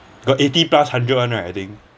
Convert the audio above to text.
got eighty plus hundred one right I think